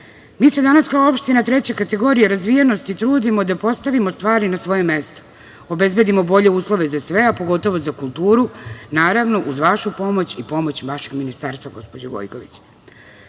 Mi se danas kao opština treće kategorije razvijenosti trudimo da postavimo stvari na svoje mesto, obezbedimo bolje uslove za sve, a pogotovo za kulturu, naravno uz vašu pomoć i pomoć vašeg ministarstva, gospođo Gojković. Naša